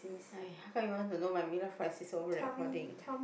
!aiya! how come you want to know my mid life crisis over recording